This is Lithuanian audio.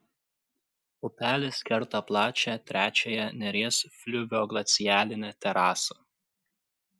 upelis kerta plačią trečiąją neries fliuvioglacialinę terasą